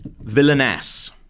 Villainess